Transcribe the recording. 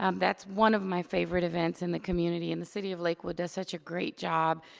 um that's one of my favorite events in the community. and the city of lakewood does such a great job.